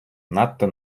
надто